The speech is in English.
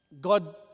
God